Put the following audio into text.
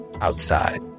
outside